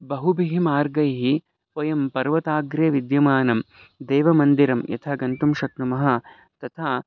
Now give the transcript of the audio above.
बहुभिः मार्गैः वयं पर्वताग्रे विद्यमानं देवमन्दिरं यथा गन्तुं शक्नुमः तथा